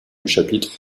chapitre